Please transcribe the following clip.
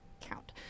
count